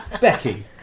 Becky